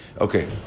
Okay